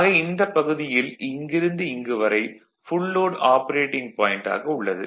ஆக இந்தப் பகுதியில் இங்கிருந்து இங்கு வரை ஃபுல் லோட் ஆபரேட்டிங் பாயிண்ட் ஆக உள்ளது